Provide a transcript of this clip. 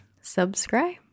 subscribe